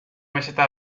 meseta